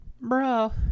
bro